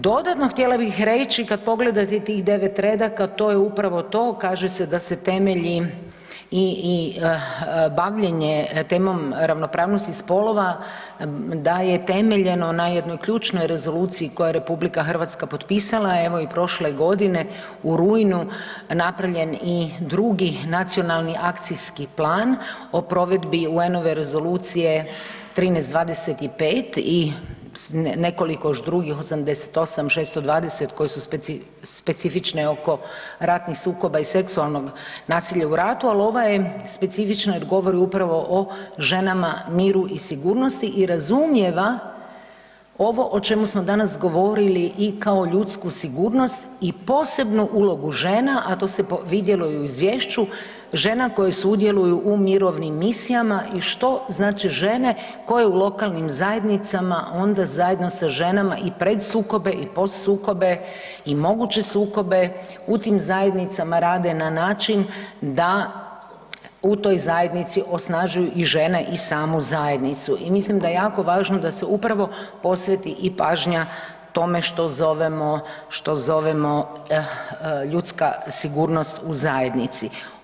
Dodatno htjela bih reći kad pogledate tih 9 redaka, to je upravo to, kaže se da se temelji i, i bavljenje temom ravnopravnosti spolova da je temeljeno na jednoj ključnoj rezoluciji koju je RH potpisala, evo i prošle godine u rujnu napravljen i drugi nacionalni akcijski plan o provedbi UN-ove Rezolucije 1325 i nekoliko još drugih 88, 620 koje su specifične oko ratnih sukoba i seksualnog nasilja u ratu, al ova je specifična jer govori upravo o ženama, miru i sigurnosti i razumijeva ovo o čemu smo danas govorili i kao ljudsku sigurnost i posebnu ulogu žena, a to se vidjelo i u izvješću, žena koje sudjeluju u mirovnim misijama i što znači žene koje u lokalnim zajednicama onda zajedno sa ženama i predsukobe i podsukobe i moguće sukobe u tim zajednicama rade na način da u toj zajednici osnažuju i žene i samu zajednicu i mislim da je jako važno da se upravo posveti i pažnja tome što zovemo, što zovemo ljudska sigurnost u zajednici.